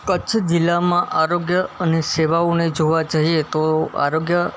કચ્છ જિલ્લામાં આરોગ્ય અને સેવાઓને જોવા જઈએ તો આરોગ્ય